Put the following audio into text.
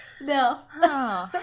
no